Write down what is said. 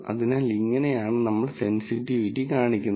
അതിനാൽ ഇങ്ങനെയാണ് നമ്മൾ സെൻസിറ്റിവിറ്റി കാണിക്കുന്നത്